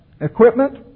equipment